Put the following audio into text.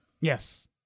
yes